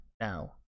now